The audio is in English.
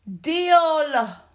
Deal